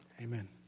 Amen